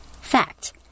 Fact